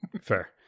Fair